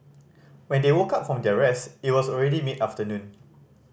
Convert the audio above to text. when they woke up from their rest it was already mid afternoon